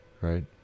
right